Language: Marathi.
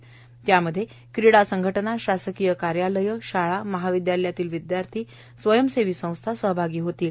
दौडमध्ये क्रीडा संघटना शासकीय कार्यालय शाळा महाविदयालयातील विदयार्थी स्वयंसेवी संस्था सहभागी होणार आहेत